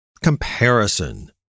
comparison